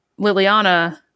Liliana